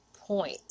point